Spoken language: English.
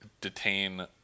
detain